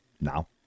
now